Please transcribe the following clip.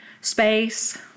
space